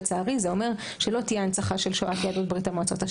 לצערי זה אומר שלא תהיה השנה הנצחה של שואת יהדות ברית המועצות.